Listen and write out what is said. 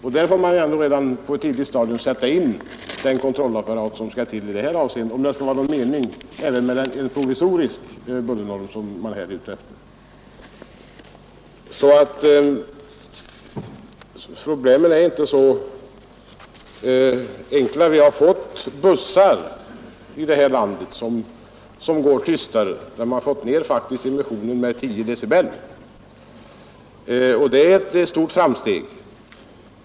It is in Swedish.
Därför måste man ändå redan på ett tidigt stadium sätta in den kontrollapparat som skall till om det skall vara någon mening ens med en provisorisk bullernorm, som man här är ute efter. Vi har fått bussar i det här landet som går tystare. Man har faktiskt fått ned emissionen med 10 dB, och det är ett stort framsteg.